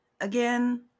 Again